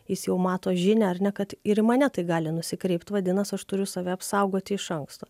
jis jau mato žinią ar ne kad ir į mane tai gali nusikreipt vadinas aš turiu save apsaugoti iš anksto